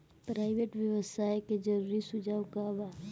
Pyrite व्यवहार के जरूरी सुझाव का वा?